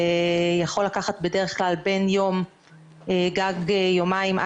זה יכול לקחת בדרך כלל בין יום גג יומיים,